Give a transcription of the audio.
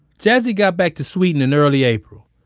jassy got back to sweden in early april.